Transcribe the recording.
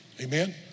Amen